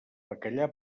bacallà